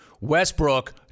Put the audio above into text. Westbrook